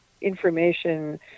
information